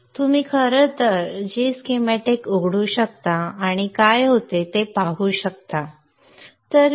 तुम्ही खरं तर g स्कीमॅटिक्स उघडू शकता आणि काय होते ते पाहू शकता संदर्भ वेळ 0603